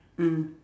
mm